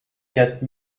quatre